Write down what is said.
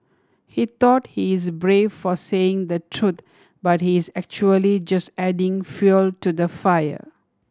he thought he is brave for saying the truth but he is actually just adding fuel to the fire